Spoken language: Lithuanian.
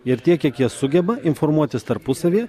ir tiek kiek jie sugeba informuotis tarpusavyje